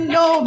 no